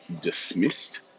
dismissed